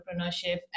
entrepreneurship